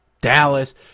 Dallas